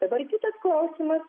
dabar kitas klausimas